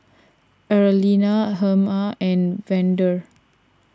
Arlena Herma and Vander